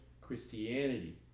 Christianity